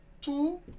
two